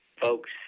folks